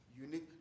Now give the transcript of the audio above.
unique